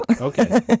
Okay